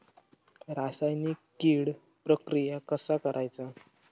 रासायनिक कीड प्रक्रिया कसा करायचा?